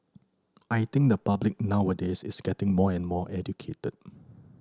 I think the public nowadays is getting more and more educate